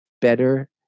better